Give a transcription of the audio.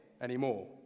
anymore